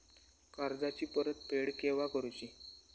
कर्जाची परत फेड केव्हा करुची?